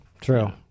True